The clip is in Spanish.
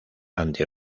anti